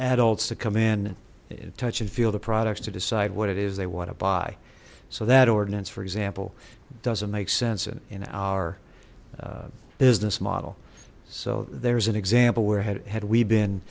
adults to come in touch and feel the products to decide what it is they want to buy so that ordinance for example doesn't make sense in our business model so there's an example where had had we been